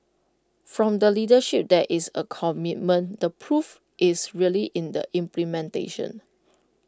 from the leadership there is A commitment the proof is really in the implementation